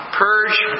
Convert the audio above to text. purge